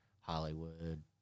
Hollywood